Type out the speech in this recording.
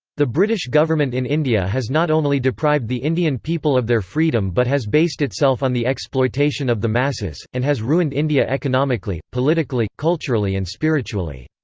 the british government in india has not only deprived the indian people of their freedom but has based itself on the exploitation of the masses, and has ruined india economically, politically, culturally and spiritually.